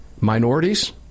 minorities